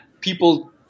people